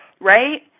right